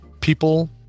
people